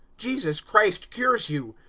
jesus christ cures you.